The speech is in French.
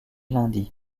lundis